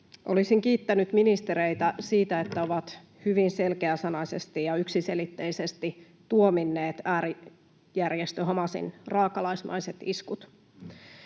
Olisin kiittänyt ministereitä siitä, että ovat hyvin selkeäsanaisesti ja yksiselitteisesti tuominneet äärijärjestö Hamasin raakalaismaiset iskut.